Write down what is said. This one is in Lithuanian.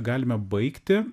galime baigti